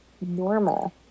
normal